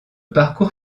parcours